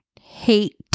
Hate